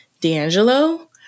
D'Angelo